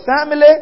family